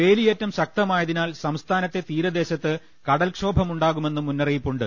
വേലിയേറ്റം ശക്തമായതിനാൽ സംസ്ഥാനത്തെ തീരദേശത്ത് കടൽക്ഷോഭമുണ്ടാ ന കുമെന്നും മുന്നറിയിപ്പുണ്ട്